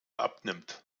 abnimmt